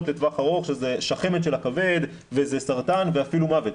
לטווח ארוך שזה שחמת של הכבד וזה סרטן ואפילו מוות.